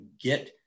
get